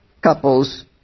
couples